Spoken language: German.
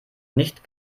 nicht